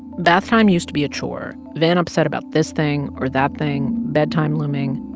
bath time used to be a chore van upset about this thing or that thing, bedtime looming.